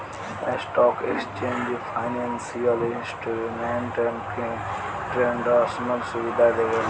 stock exchange financial instrument के ट्रेडरसन सुविधा देवेला